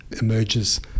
emerges